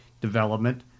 development